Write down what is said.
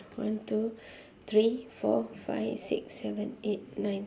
one two three four five six seven eight nine